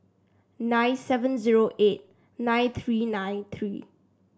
nine seven zero eight nine three nine three